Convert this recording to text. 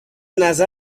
نظر